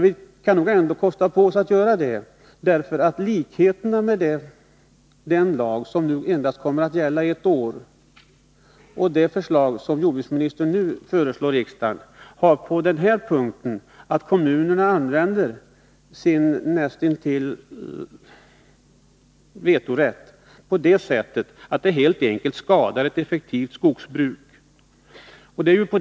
Vi kan nog ändå kosta på oss att göra en utvärdering, därför att den lag som nu kommer att gälla endast ett år och det förslag som jordbruksministern nu framlagt för riksdagen har den likheten att kommunerna kan använda sin näst intill vetorätt på ett sådant sätt att det helt enkelt skadar ett effektivt skogsbruk.